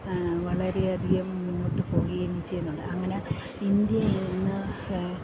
വളരെയധികം മുന്നോട്ടുപോവുകയും ചെയ്യുന്നുണ്ട് അങ്ങനെ ഇന്ത്യയിൽ ഇന്ന്